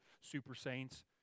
super-saints